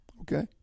okay